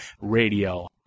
radio